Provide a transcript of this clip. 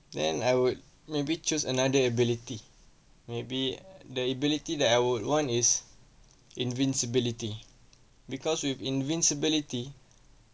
then I would maybe choose another ability maybe the ability that I would want is invincibility because with invincibility